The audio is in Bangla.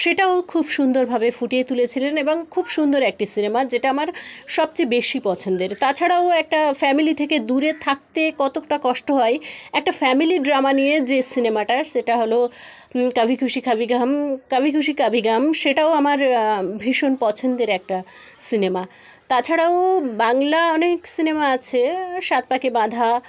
সেটাও খুব সুন্দরভাবে ফুটিয়ে তুলেছিলেন এবং খুব সুন্দর একটি সিনেমা যেটা আমার সবচেয়ে বেশি পছন্দের তাছাড়াও একটা ফ্যামিলি থেকে দূরে থাকতে কতটা কষ্ট হয় একটা ফ্যামিলি ড্রামা নিয়ে যে সিনেমাটা সেটা হল কভি খুশি কভি ঘম কভি খুশি কভি গম সেটাও আমার ভীষণ পছন্দের একটা সিনেমা তাছাড়াও বাংলা অনেক সিনেমা আছে সাত পাকে বাঁধা